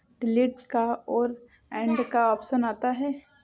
delete का और add का ऑप्शन आता है